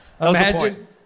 Imagine